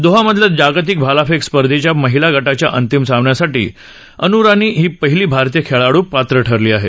दोहामधल्या जागतिक भालाफेक स्पर्धेच्या महिला गटाच्या अंतिम सामन्यासाठी अनू रानी ही पहिली भारतीय खेळाडू पात्र ठरली आहे